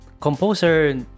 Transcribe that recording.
composer